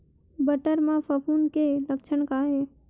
बटर म फफूंद के लक्षण का हे?